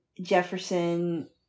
Jefferson